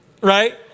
right